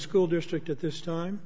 school district at this time